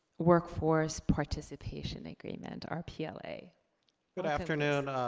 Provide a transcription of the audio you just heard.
workforce participation agreement, rpla. good afternoon,